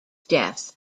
death